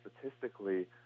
statistically